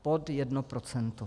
Pod jedno procento!